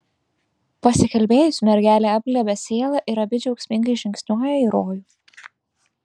pasikalbėjus mergelė apglėbia sielą ir abi džiaugsmingai žingsniuoja į rojų